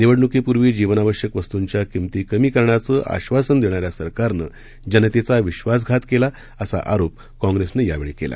निवडणुकीपुर्वी जीवनावश्यक वस्तूंच्या किंमती कमी करण्याचं आश्वासन देणाऱ्या सरकारनं जनतेचा विश्वासघात केला असा आरोप काँग्रेसनं यावेळी केला